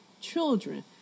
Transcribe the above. children